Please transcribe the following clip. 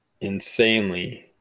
Insanely